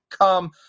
come